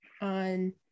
on